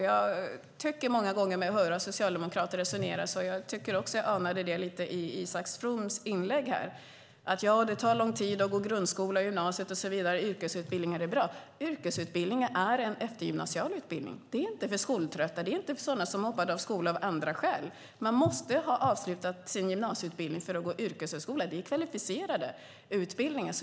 Många gånger tycker jag mig höra socialdemokrater - jag tycker mig också lite grann ana det i Isak Froms inlägg här - resonera om att det tar lång tid att gå grundskola och gymnasium och sedan gå vidare och om att yrkesutbildningar är bra. Yrkesutbildningar är en eftergymnasial utbildning. Det är inte för skoltrötta och sådana som hoppade av skolan av andra skäl. Man måste ha avslutat sin gymnasieutbildning för att gå yrkeshögskola. Det är kvalificerade utbildningar.